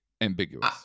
ambiguous